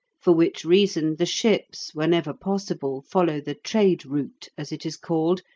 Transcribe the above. for which reason the ships, whenever possible, follow the trade route, as it is called,